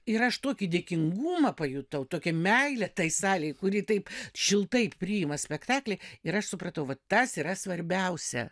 ir aš tokį dėkingumą pajutau tokią meilę tai salei kuri taip šiltai priima spektaklį ir aš supratau vat tas yra svarbiausia